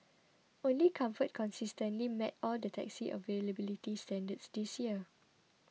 only Comfort consistently met all the taxi availability standards this year